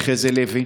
חזי לוי.